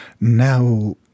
now